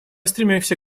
стремимся